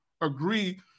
agree